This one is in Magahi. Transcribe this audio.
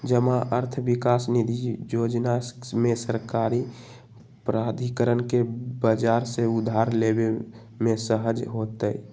जमा अर्थ विकास निधि जोजना में सरकारी प्राधिकरण के बजार से उधार लेबे में सहज होतइ